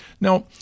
Now